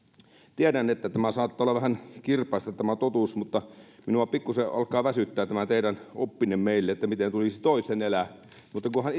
tiedän että tämä totuus saattaa vähän kirpaista mutta minua pikkuisen alkaa väsyttää tämä teidän oppinne meille miten tulisi toisten elää kunhan